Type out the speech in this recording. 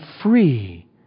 free